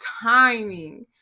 timing